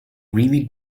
really